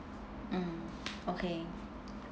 mm okay